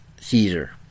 Caesar